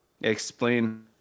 explain